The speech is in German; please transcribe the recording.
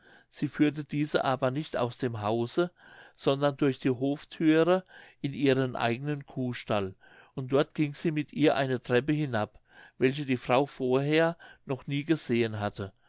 sie führte diese aber nicht aus dem hause sondern durch die hofthüre in ihren eigenen kuhstall und dort ging sie mit ihr eine treppe hinab welche die frau vorher noch nie gesehen hatte